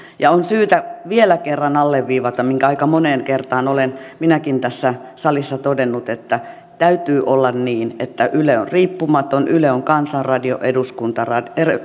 ja on syytä vielä kerran alleviivata minkä aika moneen kertaan olen minäkin tässä salissa todennut että täytyy olla niin että yle on riippumaton yle on kansan radio eduskunnan radio